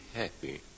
happy